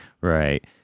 Right